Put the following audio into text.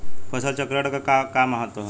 फसल चक्रण क का महत्त्व बा?